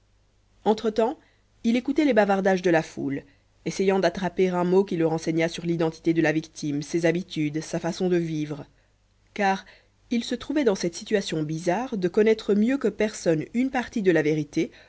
temps il écoutait les bavardages de la foule essayant d'attraper un mot qui le renseignât sur l'identité de la victime ses habitudes sa façon de vivre car il se trouvait dans cette situation bizarre de connaître mieux que personne une partie de la vérité